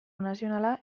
nazionala